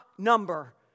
Number